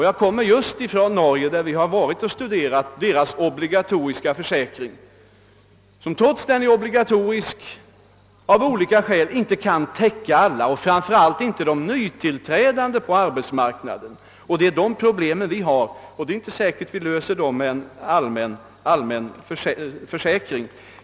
Jag kommer just ifrån Norge, där vi har studerat deras obligatoriska försäkring som, trots att den är obligatorisk, av olika skäl inte kan täcka alla, framför allt inte de nytillträdande på arbetsmarknaden — och det är de problemen vi har. Det är inte säkert att vi löser dem med en allmän försäkring.